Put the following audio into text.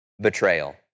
betrayal